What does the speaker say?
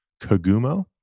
Kagumo